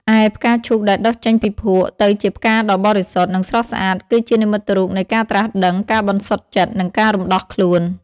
ឯ ផ្កាឈូក ដែលដុះចេញពីភក់ទៅជាផ្កាដ៏បរិសុទ្ធ និងស្រស់ស្អាត គឺជានិមិត្តរូបនៃ ការត្រាស់ដឹង ការបន្សុទ្ធចិត្ត និងការរំដោះខ្លួន។